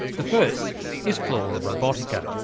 the first is flora robitica,